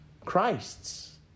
Christ's